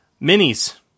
Minis